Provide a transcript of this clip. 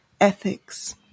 ethics